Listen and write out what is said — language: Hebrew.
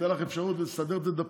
אתן לך אפשרות לסדר את הדפים.